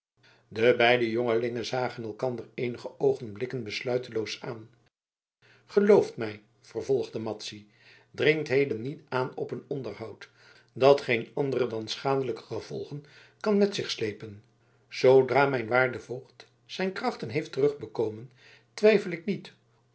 de beide jongelingen zagen elkander eenige oogenblikken besluiteloos aan gelooft mij vervolgde madzy dringt heden niet aan op een onderhoud dat geene andere dan schadelijke gevolgen kan met zich sleepen zoodra mijn waarde voogd zijn krachten heeft terugbekomen twijfel ik niet